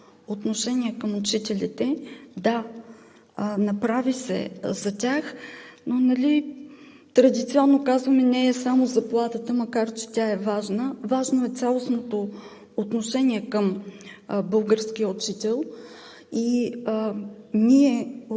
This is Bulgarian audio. отношение към учителите. Да, направи се за тях – традиционно казваме, че не е само заплатата, макар че тя е важна, важно е цялостното отношение към българския учител. Ние